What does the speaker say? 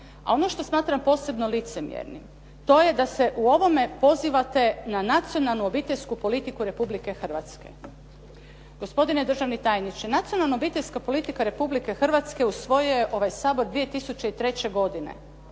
A ono što smatram posebno licemjernim to je da se u ovome pozivate na nacionalnu obiteljsku politiku Republike Hrvatske. Gospodine državni tajniče, nacionalna obiteljska politika Republike Hrvatske usvojio je ovaj Sabor 2003. godine.